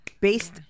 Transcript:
based